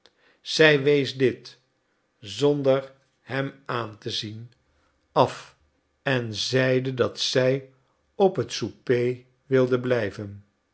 zij wees dit zonder hem aan te zien af en zeide dat zij op het souper wilde blijven